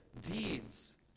deeds